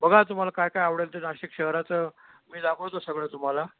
बघा तुम्हाला काय काय आवडेल ते नाशिक शहराचं मी दाखवतो सगळं तुम्हाला